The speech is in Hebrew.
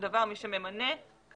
מי שממנה בסופו של דבר,